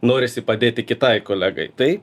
norisi padėti kitai kolegai tai